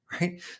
right